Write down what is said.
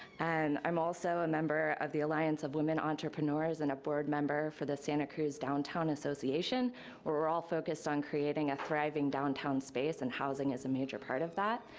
and i'm also a member of the alliance of women entrepreneurs and a board member for the santa cruz downtown association where we're all focused on creating a thriving downtown space and housing is a major part of that.